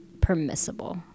permissible